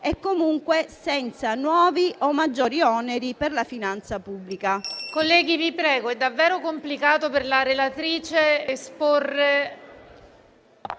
e, comunque, senza nuovi o maggiori oneri per la finanza pubblica.